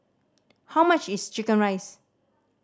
how much is chicken rice